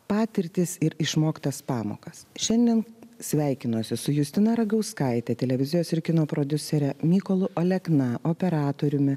patirtis ir išmoktas pamokas šiandien sveikinuosi su justina ragauskaitė televizijos ir kino prodiusere mykolu alekna operatoriumi